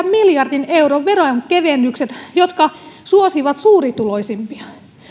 miljardin euron veronkevennykset jotka suosivat suurituloisimpia